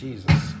Jesus